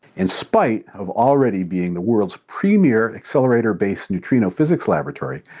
in spite of already being the world's premier accelerator-based neutrino physics laboratory,